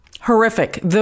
Horrific